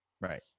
right